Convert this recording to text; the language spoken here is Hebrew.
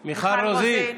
רוזין,